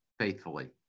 faithfully